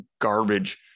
garbage